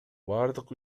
бардык